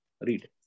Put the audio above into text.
Read